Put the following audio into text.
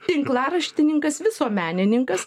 tinklaraštininkas visuomenininkas